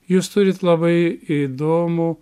jūs turit labai įdomų